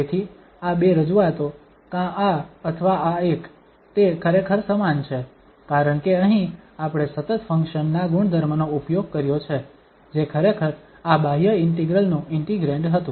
તેથી આ બે રજૂઆતો કાં આ અથવા આ એક તે ખરેખર સમાન છે કારણ કે અહીં આપણે સતત ફંક્શન ના ગુણધર્મનો ઉપયોગ કર્યો છે જે ખરેખર આ બાહ્ય ઇન્ટિગ્રલ નું ઇન્ટિગ્રેંડ હતું